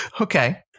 Okay